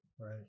Right